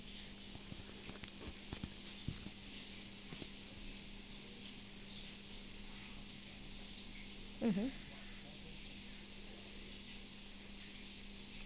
mmhmm